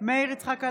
מאיר יצחק הלוי,